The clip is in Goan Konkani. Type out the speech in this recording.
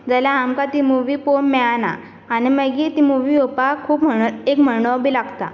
जाल्यार आमकां ती मुवी पळोवंक मेळना आनी मागीर ती मुवी येवपाक खूब म्हयनो एक म्हयनो बी लागता